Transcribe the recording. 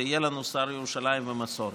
ויהיה לנו שר ירושלים ומסורת.